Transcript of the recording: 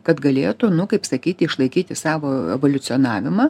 kad galėtų nu kaip sakyti išlaikyti savo evoliucionavimą